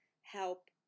help